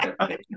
okay